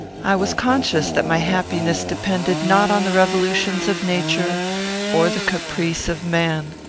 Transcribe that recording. i was conscious that my happiness depended not on the revolutions of nature or the caprice of man.